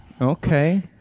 Okay